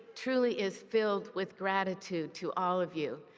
truly is filled with gratitude to all of you.